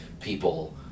people